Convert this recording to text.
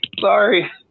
Sorry